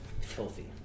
Filthy